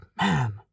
man